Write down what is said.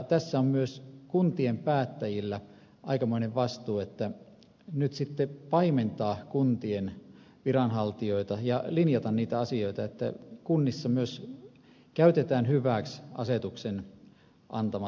tässä on myös kuntien päättäjillä aikamoinen vastuu paimentaa kuntien viranhaltijoita ja linjata asioita siten että kunnissa käytetään hyväksi myös asetuksen antamat mahdollisuudet